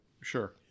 Sure